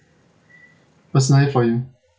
personally for you